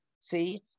See